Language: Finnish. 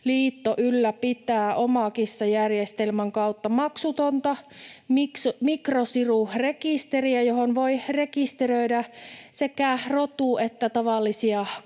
Kissaliitto ylläpitää Omakissa-järjestelmän kautta maksutonta mikrosirurekisteriä, johon voi rekisteröidä sekä rotu‑ että tavallisia